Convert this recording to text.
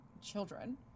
children